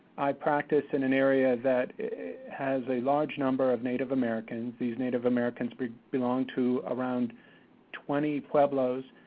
i practice in an area that has a large number of native americans. these native americans belong to around twenty pueblos,